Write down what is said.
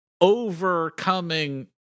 overcoming